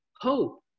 hope